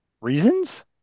reasons